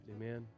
Amen